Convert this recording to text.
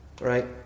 right